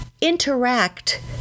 interact